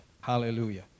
Hallelujah